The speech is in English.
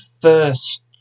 first